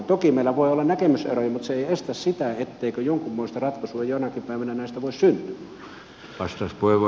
toki meillä voi olla näkemyseroja mutta se ei estä sitä etteikö jonkunmoista ratkaisua jonakin päivänä näistä voisi syntyä